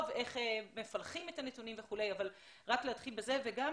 איך מפלחים את הנתונים וכולי אבל רק להתחיל בזה וגם